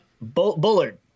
Bullard